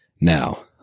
Now